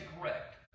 correct